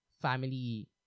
family